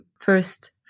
first